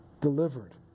delivered